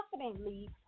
confidently